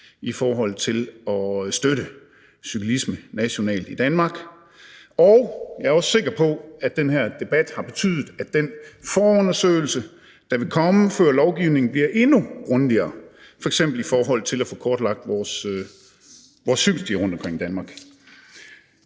i forhold til at støtte cyklisme nationalt i Danmark, dels fordi jeg også er sikker på, at den her debat har betydet, at den forundersøgelse, der vil komme før lovgivningen, bliver endnu grundigere, f.eks. i forhold til at få kortlagt vores cykelstier rundtomkring i Danmark.